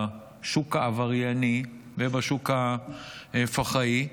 בשוק העברייני ובשוק הפח"עי,